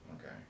Okay